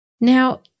Now